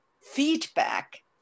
feedback